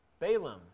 Balaam